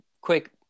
quick